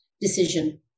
decision